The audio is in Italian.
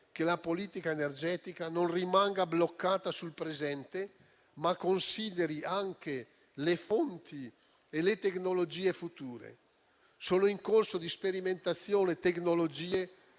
che la politica energetica non rimanga bloccata sul presente, ma consideri anche le fonti e le tecnologie future. Sono in corso di sperimentazione tecnologie